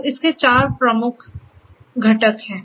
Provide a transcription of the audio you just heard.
तो इसके चार प्रमुख घटक हैं